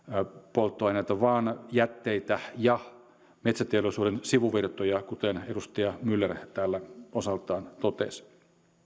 polttoaineita vaan jätteitä ja metsäteollisuuden sivuvirtoja kuten edustaja myller täällä osaltaan totesi